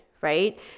right